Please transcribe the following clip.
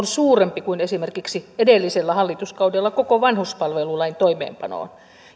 suurempi kuin esimerkiksi edellisellä hallituskaudella koko vanhuspalvelulain toimeenpanoon